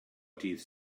dydd